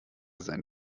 sein